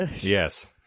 Yes